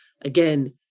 Again